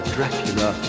Dracula